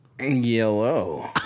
Yellow